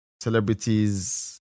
celebrities